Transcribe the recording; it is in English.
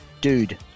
Dude